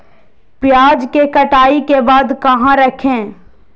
प्याज के कटाई के बाद कहा रखें?